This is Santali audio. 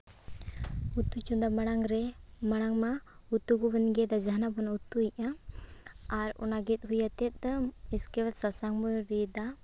ᱩᱛᱩ ᱪᱚᱸᱫᱟ ᱢᱟᱲᱟᱝ ᱨᱮ ᱢᱟᱲᱟᱝ ᱢᱟ ᱩᱛᱩ ᱠᱚᱵᱚᱱ ᱜᱮᱫᱟ ᱡᱟᱦᱟᱱᱟᱜ ᱵᱚᱱ ᱩᱛᱩᱭᱮᱜᱼᱟ ᱟᱨ ᱚᱱᱟ ᱜᱮᱫ ᱦᱩᱭ ᱟᱛᱮ ᱫᱚ ᱩᱥᱠᱮ ᱵᱟᱫᱽ ᱥᱟᱥᱟᱝ ᱵᱚᱱ ᱨᱤᱫᱟ